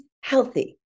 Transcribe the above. healthy